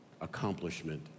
accomplishment